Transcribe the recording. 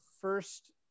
first